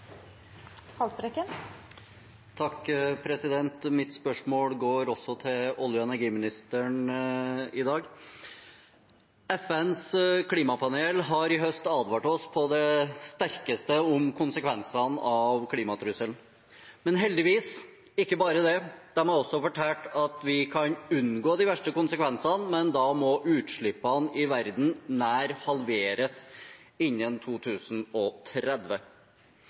mitt spørsmål går til olje- og energiministeren. FNs klimapanel har i høst advart oss på det sterkeste om konsekvensene av klimaendringene. Men heldigvis ikke bare det, de har også fortalt at vi kan unngå de verste konsekvensene, men da må utslippene i verden nær halveres innen 2030.